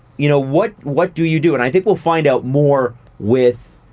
you know, what what do you do? and i think we'll find out more with